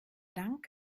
dank